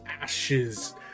ashes